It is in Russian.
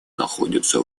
находится